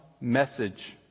message